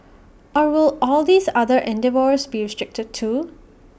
or will all these other endeavours be restricted too